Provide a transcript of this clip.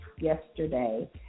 yesterday